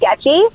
sketchy